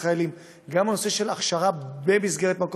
גם הנושא של הכשרת חיילים,